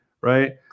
Right